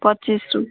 ପଚିଶରୁ